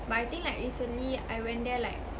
but I think like recently I went there like